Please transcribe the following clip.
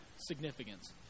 significance